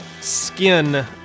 skin